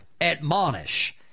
admonish